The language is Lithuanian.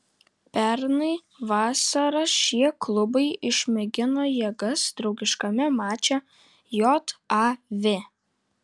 pernai vasarą šie klubai išmėgino jėgas draugiškame mače jav